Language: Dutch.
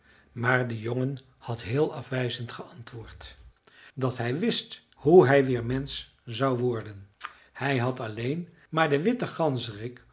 maar de jongen had heel afwijzend geantwoord dat hij wist hoe hij weer mensch zou worden hij had alleen maar den witten